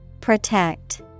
Protect